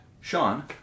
Sean